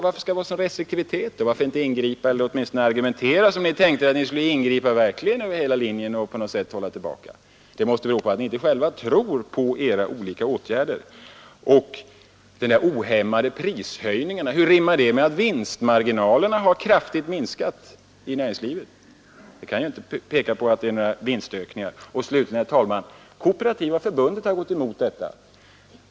Varför inte argumentera som om ni verkligen tänkte er att ingripa över hela linjen för att på något sätt hålla tillbaka prisutvecklingen? Det måste bero på att ni inte själva tror på era olika åtgärder. Och hur rimmar dessa som ni kallar ohämmade prishöjningar med förhållandet att vinstmarginalerna kraftigt har minskat i näringslivet? Slutligen, herr talman, har Kooperativa förbundet gått emot denna priskontroll.